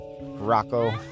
Rocco